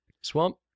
Swamp